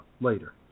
later